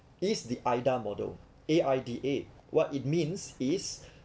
is the AIDA model A_I_D_A what it means is